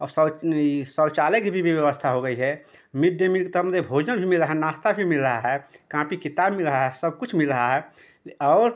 औ सौंच ये शौचालय की भी व्यवस्था हो गई है मिड डे मील तम में भोजन भी मिल रहा नाश्ता भी मिल रहा है कांपी किताब मिल रहा है सब कुछ मिल रहा है और